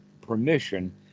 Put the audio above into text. permission